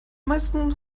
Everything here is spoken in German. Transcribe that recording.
meisten